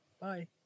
Bye